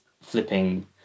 flipping